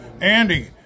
Andy